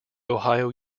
ohio